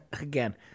again